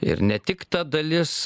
ir ne tik ta dalis